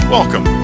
Welcome